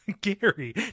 gary